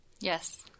Yes